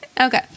Okay